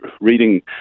reading